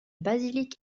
basilique